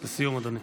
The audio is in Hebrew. לסיום, אדוני.